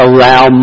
allow